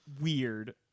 weird